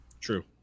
true